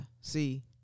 see